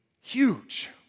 Huge